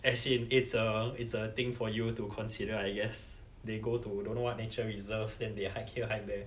as in it's a it's a thing for you to consider I guess they go to don't know what nature reserve then they hike here hike there